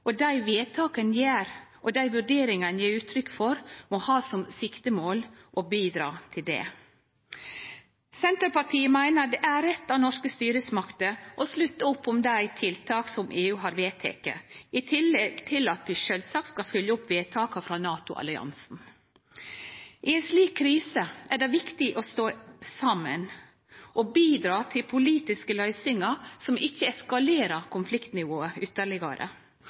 og dei vedtaka ein gjer, og dei vurderingane ein gjev uttrykk for, må ha som siktemål å bidra til det. Senterpartiet meiner det er rett av norske styresmakter å slutte opp om dei tiltaka som EU har vedteke, i tillegg til at vi sjølvsagt skal følgje opp vedtaka frå NATO-alliansen. I ei slik krise er det viktig å stå saman og bidra til politiske løysingar som ikkje eskalerer konfliktnivået ytterlegare.